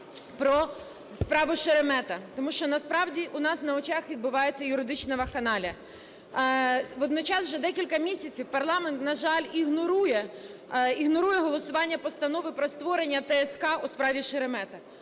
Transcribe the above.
про справу Шеремета, тому що насправді у нас на очах відбувається юридична вакханалія. Водночас вже декілька місяців парламент, на жаль, ігнорує голосування Постанови про створення ТСК у справі Шеремета.